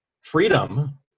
freedom